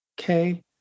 okay